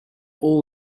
all